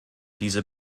diese